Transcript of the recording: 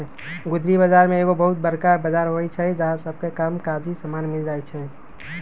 गुदरी बजार में एगो बहुत बरका बजार होइ छइ जहा सब काम काजी समान मिल जाइ छइ